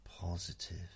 Positive